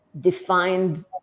defined